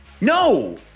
No